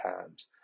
times